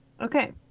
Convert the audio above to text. Okay